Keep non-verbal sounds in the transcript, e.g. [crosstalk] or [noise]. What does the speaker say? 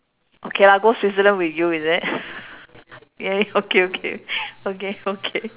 okay lah go switzerland with you is it [laughs] ya ya okay okay okay okay